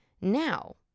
Now